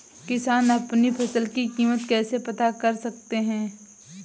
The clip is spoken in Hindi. किसान अपनी फसल की कीमत कैसे पता कर सकते हैं?